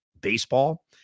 baseball